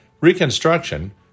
Reconstruction